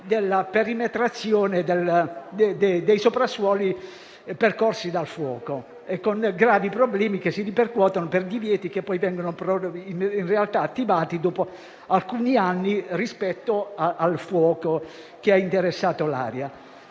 della perimetrazione dei soprassuoli percorsi dal fuoco, con gravi problemi che si ripercuotono per divieti in realtà attivati dopo alcuni anni rispetto al fuoco che ha interessato l'area.